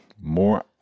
more